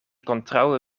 kontraŭe